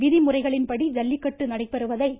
விதிமுறைகளின் படி ஜல்லிக்கட்டு நடைபெறுவதை திரு